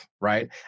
right